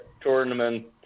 tournament